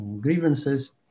grievances